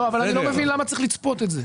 אבל אני לא מבין למה צריך לצפות את זה.